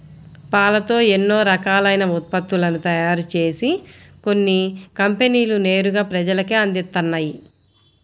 పాలతో ఎన్నో రకాలైన ఉత్పత్తులను తయారుజేసి కొన్ని కంపెనీలు నేరుగా ప్రజలకే అందిత్తన్నయ్